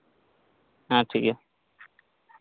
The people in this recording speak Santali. ᱦᱮᱸ ᱴᱷᱤᱠ ᱜᱮᱭᱟ